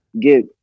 get